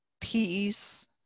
peace